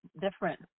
different